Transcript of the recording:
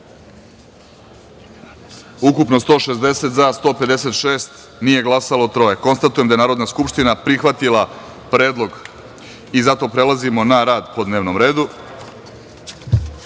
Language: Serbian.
ukupno – 160, za – 156, nije glasalo – troje. Konstatujem da je Narodna skupština prihvatila predlog. Prelazimo na rad po dnevnom